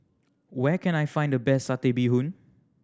where can I find the best Satay Bee Hoon